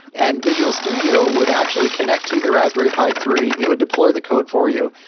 and visual studio would actually connect to the raspberry pi three, it would deploy the code for you.